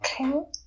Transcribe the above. Okay